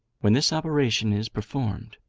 when this operation is performed,